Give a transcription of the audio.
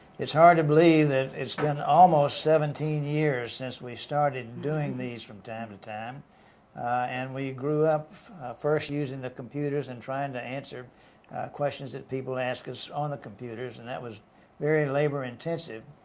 it's hard to believe that it's been almost seventeen years since we started doing these from time to time and we grew up first using the computers and trying to answer questions that people asked us on the computers and that was very labor-intensive.